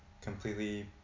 completely